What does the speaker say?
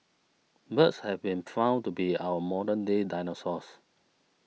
birds have been found to be our modern day dinosaurs